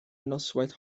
noswaith